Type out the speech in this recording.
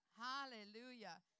Hallelujah